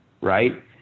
right